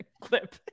clip